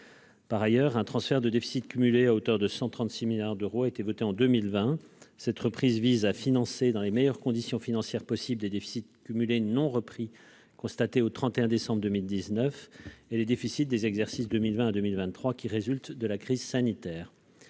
Par ailleurs, un transfert de déficit cumulé à hauteur de 136 milliards d'euros a été voté en 2020. Cette reprise vise à financer dans les meilleures conditions qui soient les déficits cumulés non repris constatés au 31 décembre 2019, ainsi que les déficits des exercices 2020 à 2023 résultant de la crise sanitaire.